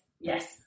yes